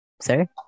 Sir